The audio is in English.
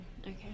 okay